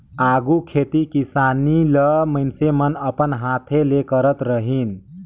आघु खेती किसानी ल मइनसे मन अपन हांथे ले करत रहिन